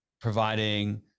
providing